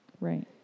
Right